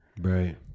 Right